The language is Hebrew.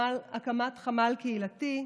לאפשר לקשיש לבחור את החלופה העדיפה לו,